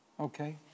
Okay